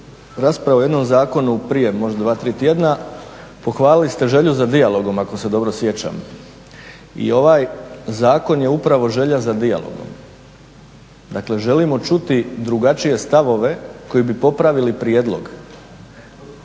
rasprava o jednom zakonu prije možda dva, tri tjedna pohvalili ste želju za dijalogom ako se dobro sjećam. I ovaj zakon je upravo želja za dijalogom. Dakle, želimo čuti drugačije stavove koji bi popravili prijedlog,